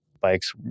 bikes